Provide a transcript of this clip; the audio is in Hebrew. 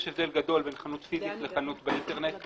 יש הבדל גדול בין חנות פיזית לחנות באינטרנט.